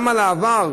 גם על העבר,